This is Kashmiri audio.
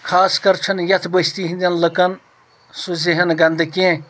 خاص کر چھَنہٕ ییٚتھ بٔستی ہنٛدیٚن لوٗکن سُہ ذہن گنٛدٕہ کیٚنٛہہ